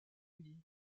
uni